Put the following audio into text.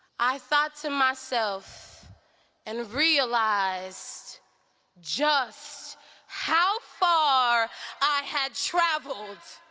i thought to myself and realized just how far i had traveled.